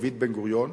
דוד בן-גוריון,